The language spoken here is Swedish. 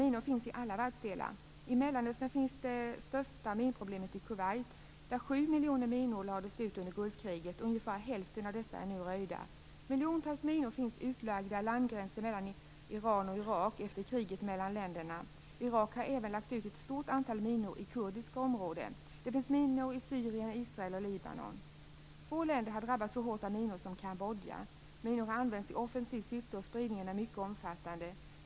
Minor finns i alla världsdelar. I Mellanöstern finns det största minproblemet i Kuwait. 7 miljoner minor lades ut under Gulfkriget, och ungefär hälften av dessa är nu röjda. Miljontals minor finns utlagda längs gränsen Iran-Irak efter kriget mellan dessa länder. Irak har även lagt ut ett stort antal minor i kurdiska områden. Det finns minor i Syrien, Israel och Libanon. Få länder har drabbats så hårt av minor som Kambodja. Minor har använts i offensivt syfte, och spridningen är mycket omfattande.